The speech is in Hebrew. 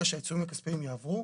ברגע שהעיצומים הכספיים יעברו,